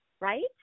right